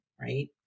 right